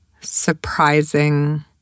surprising